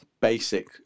basic